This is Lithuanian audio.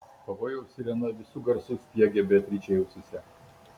pavojaus sirena visu garsu spiegė beatričei ausyse